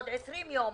עוד 20 ימים,